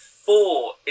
four